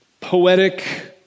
poetic